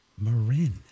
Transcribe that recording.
Marin